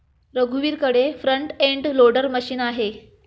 रघुवीरकडे front end loader machine आहे